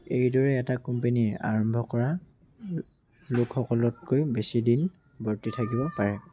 এইদৰে এটা কোম্পানীয়ে আৰম্ভ কৰা লোকসকলতকৈ বেছিদিন বৰ্তি থাকিব পাৰে